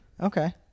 Okay